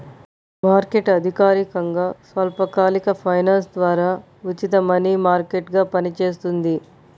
market అధికారికంగా స్వల్పకాలిక finance ద్వారా ఉచిత మనీ మార్కెట్గా పనిచేస్తుంది